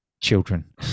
children